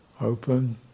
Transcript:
Open